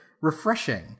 refreshing